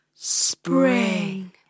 Spring